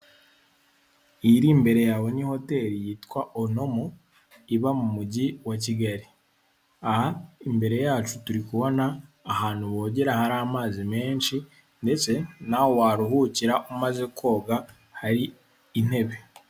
Iyi iri imbere yawe ni hoteli yitwa Onomo iba mu mujyi wa Kigali, aha imbere yacu turi kubona ahantu wogera hari amazi menshi ndetse naho waruhukira umaze koga hari intebe.